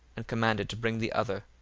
and commanded to bring the other,